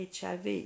HIV